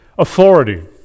Authority